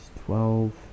twelve